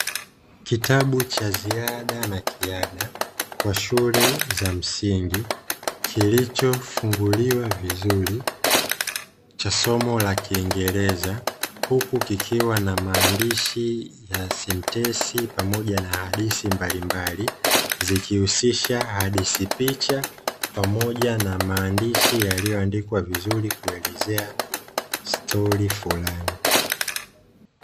Kitabu cha ziada na kiada kwa shule za msingi, kilichofunguliwa vizuri, cha somo la Kiingereza, huku kikiwa na maandishi ya sentensi pamoja na hadithi mbalimbali, zikihusisha hadithi picha pamoja na maandishi yaliyoandikwa vizuri kuelezea stori fulani.